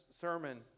sermon